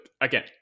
again